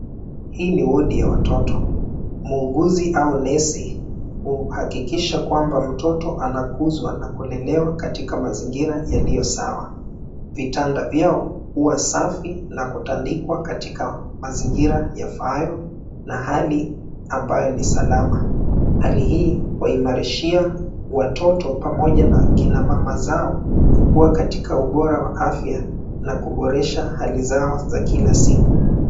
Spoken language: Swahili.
Hii ni wodi ya watoto. Muuguzi au nesi huhakikisha kwamba mtoto anakuzwa na kulelewa katika mazingira yaliyo sawa. Vitanda vyao huwa safi na kutandikwa mazingira yafaayo na hali ambayo ni salama. Hali hii huwaimarishia watoto pamoja na kina mama zao kuwa katika ubora wa afya na kuboresha hali zao za kila siku.